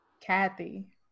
kathy